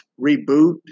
reboot